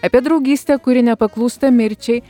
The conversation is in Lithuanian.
apie draugystę kuri nepaklūsta mirčiai